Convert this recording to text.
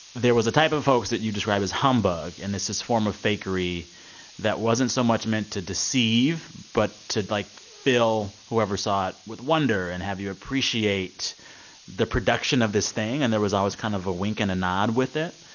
there was a type of hoax that you describe as humbug, and this is a form of fakery that wasn't so much meant to deceive but to, like, fill whoever saw it with wonder and have you appreciate the production of this thing. and there was always kind of a wink and a nod with it.